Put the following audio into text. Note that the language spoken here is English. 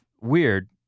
weird